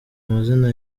amazina